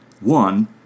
One